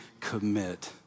commit